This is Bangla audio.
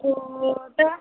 ও তা